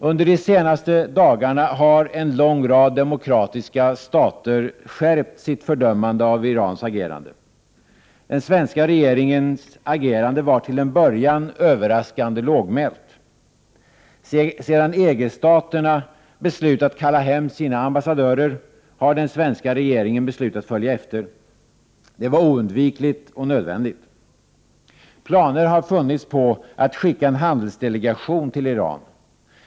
Under de senaste dagarna har en lång rad demokratiska stater skärpt sitt fördömande av Irans agerande. Den svenska regeringens agerande var till en början överraskande lågmält. Sedan EG-staterna beslutat kalla hem sina ambassadörer, har den svenska regeringen beslutat följa efter. Det var oundvikligt och nödvändigt. Planer har funnits på att skicka en handelsdelegation till Iran.